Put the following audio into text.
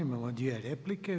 Imamo dvije replike.